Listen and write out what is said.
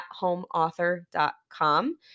athomeauthor.com